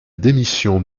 démission